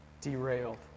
derailed